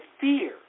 fear